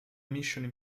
missione